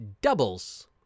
doubles